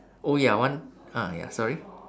oh ya one ah ya sorry